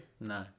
No